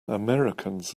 americans